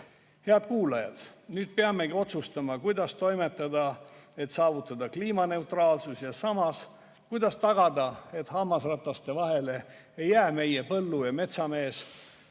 kuulajad! Nüüd peamegi otsustama, kuidas toimetada, et saavutada kliimaneutraalsus, ja samas, kuidas tagada, et hammasrataste vahele ei jääks meie põllu- ja metsamees.